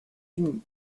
unis